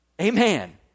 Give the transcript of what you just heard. Amen